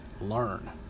Learn